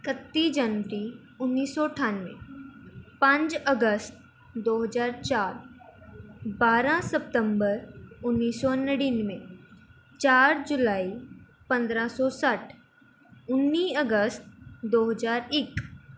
ਇਕੱਤੀ ਜਨਵਰੀ ਉੱਨੀ ਸੌ ਅਠਾਨਵੇਂ ਪੰਜ ਅਗਸਤ ਦੋ ਹਜ਼ਾਰ ਚਾਰ ਬਾਰ੍ਹਾਂ ਸਤੰਬਰ ਉੱਨੀ ਸੌ ਨੜਿਨਵੇਂ ਚਾਰ ਜੁਲਾਈ ਪੰਦਰ੍ਹਾਂ ਸੌ ਸੱਠ ਉੱਨੀ ਅਗਸਤ ਦੋ ਹਜ਼ਾਰ ਇੱਕ